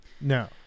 No